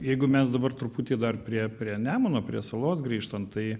jeigu mes dabar truputį dar prie prie nemuno prie salos grįžtant tai